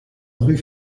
rue